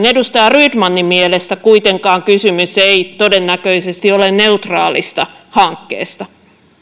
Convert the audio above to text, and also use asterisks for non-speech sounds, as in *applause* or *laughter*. *unintelligible* edustaja rydmanin mielestä kuitenkaan kysymys ei todennäköisesti ole neutraalista hankkeesta